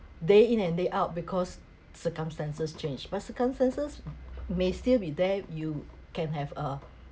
day in and day out because circumstances change but circumstances may still be there you can have a